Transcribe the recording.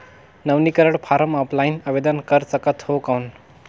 नवीनीकरण form offline आवेदन कर सकत हो कौन?